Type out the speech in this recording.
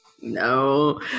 No